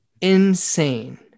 insane